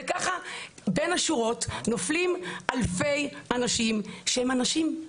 וככה בין השורות נופלים אלפי אנשים שהם אנשים,